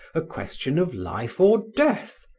a question of life or death,